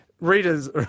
Readers